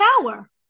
power